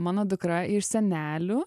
mano dukra iš senelių